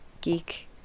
geek